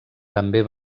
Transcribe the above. també